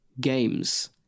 Games